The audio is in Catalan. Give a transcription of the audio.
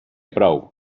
prou